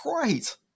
great